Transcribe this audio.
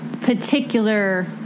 particular